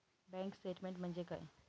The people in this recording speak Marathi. बँक स्टेटमेन्ट म्हणजे काय?